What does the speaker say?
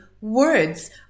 words